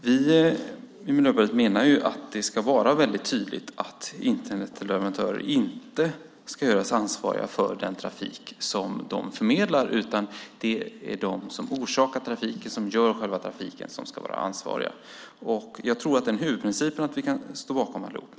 Vi i Miljöpartiet menar att det ska vara väldigt tydligt att Internetleverantörer inte ska göras ansvariga för den trafik som de förmedlar, utan det är de som orsakar trafiken, som gör själva trafiken, som ska vara ansvariga. Jag tror att vi allihop kan stå bakom den huvudprincipen.